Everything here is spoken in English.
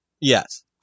Yes